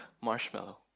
marshmallow